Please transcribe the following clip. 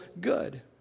good